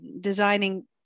designing